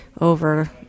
over